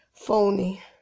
Phony